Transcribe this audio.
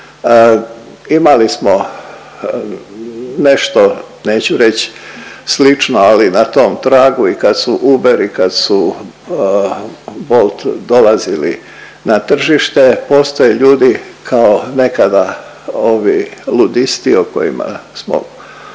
imali smo nešto, neću reći slično, ali na tom tragu i kad su Uberi, kad su Wolt dolazili na tržište, postoje ljudi kao nekada ovi ludisti o kojima smo par